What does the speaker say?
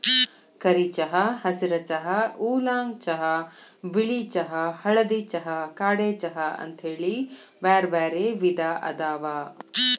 ಕರಿ ಚಹಾ, ಹಸಿರ ಚಹಾ, ಊಲಾಂಗ್ ಚಹಾ, ಬಿಳಿ ಚಹಾ, ಹಳದಿ ಚಹಾ, ಕಾಡೆ ಚಹಾ ಅಂತೇಳಿ ಬ್ಯಾರ್ಬ್ಯಾರೇ ವಿಧ ಅದಾವ